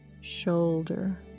shoulder